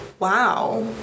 Wow